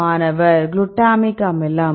மாணவர் குளுட்டமிக் அமிலம்